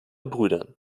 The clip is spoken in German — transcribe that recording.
brüdern